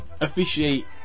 officiate